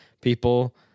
people